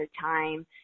time